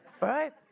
right